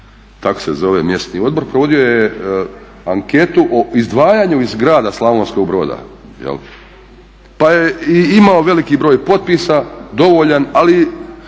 tako se zove mjesni odbor, provodio je anketu o izdvajanju iz grada Slavonskog Broda pa je imao veliki broj potpisa dovoljan, ali